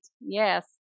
Yes